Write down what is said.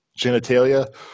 genitalia